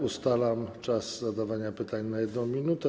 Ustalam czas zadawania pytań na 1 minutę.